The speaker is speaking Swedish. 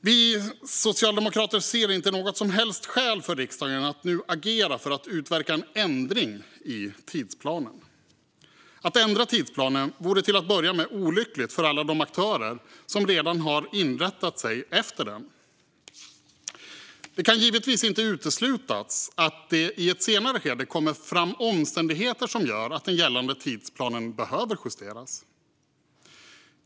Vi socialdemokrater ser inte något som helst skäl för riksdagen att nu agera för att utverka en ändring i tidsplanen. Att ändra tidsplanen vore till att börja med olyckligt för alla de aktörer som redan har inrättat sig efter den. Det kan givetvis inte uteslutas att det i ett senare skede kommer fram omständigheter som gör att den gällande tidsplanen behöver justeras.